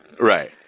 Right